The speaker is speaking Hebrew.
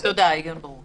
ההיגיון ברור.